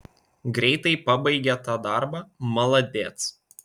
greitai pabaigė tą darbą maladėc